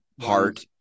heart